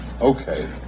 okay